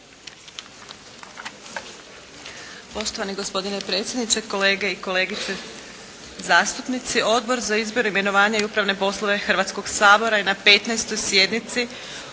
Poštovani gospodine predsjedniče, kolege i kolegice zastupnici. Odbor za izbor, imenovanja i upravne poslove Hrvatskog sabora je na 15. sjednici